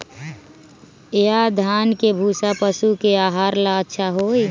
या धान के भूसा पशु के आहार ला अच्छा होई?